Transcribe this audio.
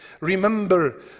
remember